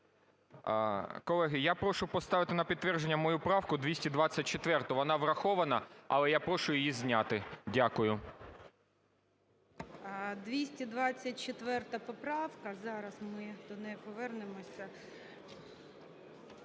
Колеги, я прошу поставити на підтвердження мою правку 224, вона врахована, але я прошу її зняти. Дякую. ГОЛОВУЮЧИЙ. 224 поправка. Зараз ми до неї повернемося.